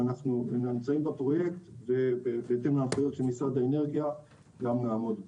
שאנחנו נמצאים בפרויקט ובהתאם להנחיות של משרד האנרגיה גם נעמוד בו.